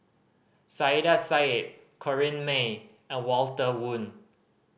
Saiedah Said Corrinne May and Walter Woon